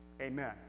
Amen